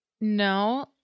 No